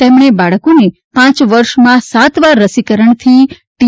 તેમણે બાળકો ને પાંચ વર્ષ માં સાત વાર રસીકરણ થી ટી